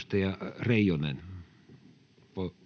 [Speech